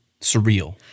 surreal